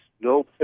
no